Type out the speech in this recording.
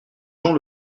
gens